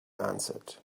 answered